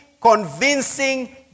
convincing